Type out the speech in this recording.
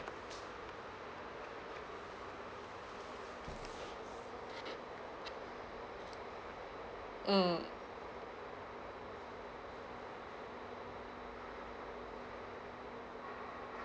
mm